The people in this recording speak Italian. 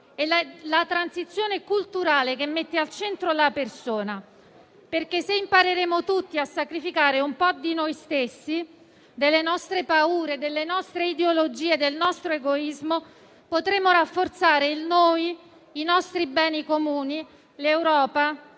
e la transizione culturale (che mette al centro la persona). Se impareremo tutti a sacrificare un po' di noi stessi, delle nostre paure, delle nostre ideologie e del nostro egoismo, potremo rafforzare in noi i nostri beni comuni, l'Europa